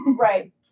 Right